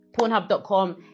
Pornhub.com